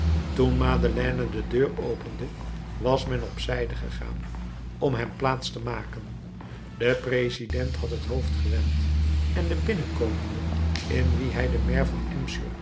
toen madeleine de deur opende was men op zijde gegaan om hem plaats te maken de president had het hoofd gewend en den binnenkomende in wien hij den maire van